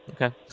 Okay